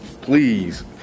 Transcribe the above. Please